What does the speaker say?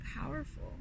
powerful